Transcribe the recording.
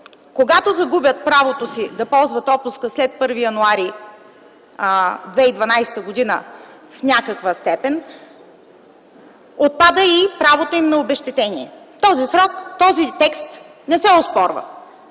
когато загубят правото си да ползват отпуска след 1 януари 2012 г. в някаква степен, отпада и правото им на обезщетение. Този текст не се оспорва.